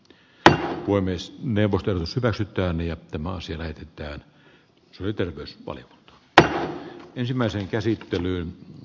että he voi myös neuvotellussa käsityön ja timo silenti tähän löytyy myös paljon että ensimmäisen käsittelyn